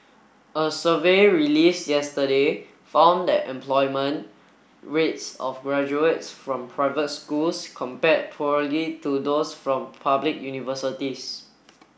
a survey released yesterday found that employment rates of graduates from private schools compare poorly to those from public universities